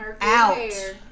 out